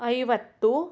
ಐವತ್ತು